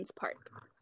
Park